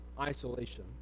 isolation